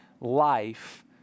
life